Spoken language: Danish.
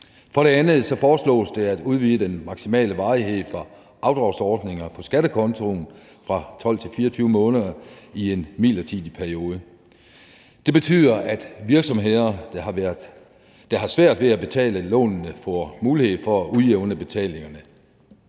For det andet foreslås det at udvide den maksimale varighed for afdragsordninger på skattekontoen fra 12 til 24 måneder i en midlertidig periode. Det betyder, at virksomheder, der har svært ved at betale lånene, får mulighed for at udjævne betalingerne.